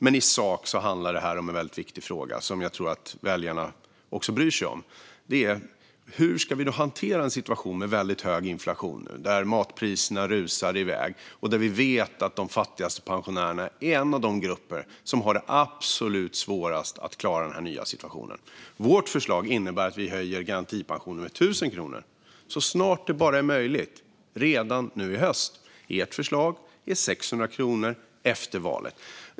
Men i sak handlar detta om en väldigt viktig fråga, som jag tror att väljarna också bryr sig om: Hur ska vi nu hantera en situation med väldigt hög inflation, där matpriserna rusar iväg och där vi vet att de fattigaste pensionärerna är en av de grupper som har det absolut svårast att klara denna nya situation? Vårt förslag innebär att vi höjer garantipensionen med 1 000 kronor så snart det bara är möjligt, redan nu i höst. Ert förslag är 600 kronor efter valet.